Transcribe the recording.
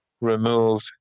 remove